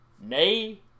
nay